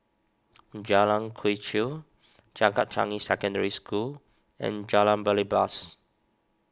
Jalan Quee Chew Changkat Changi Secondary School and Jalan Belibas